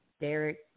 Derek